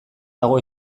dago